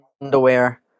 underwear